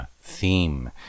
theme